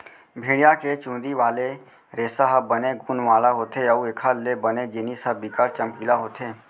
भेड़िया के चुंदी वाले रेसा ह बने गुन वाला होथे अउ एखर ले बने जिनिस ह बिकट चमकीला होथे